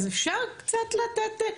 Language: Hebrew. אז אפשר קצת לשחרר.